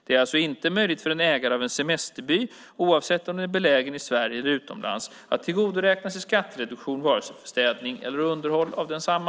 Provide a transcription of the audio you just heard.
Det är alltså inte möjligt för en ägare av en semesterby, oavsett om den är belägen i Sverige eller utomlands, att tillgodoräkna sig skattereduktion för vare sig städning eller underhåll av densamma.